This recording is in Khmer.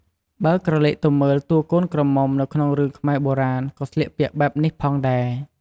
បើក្រឡេកទៅមើលតួកូនក្រមុំនៅក្នុងរឿងខ្មែរបុរាណក៏ស្លៀកពាក់បែបនេះផងដែរ។